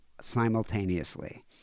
simultaneously